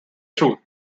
truth